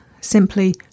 simply